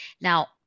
Now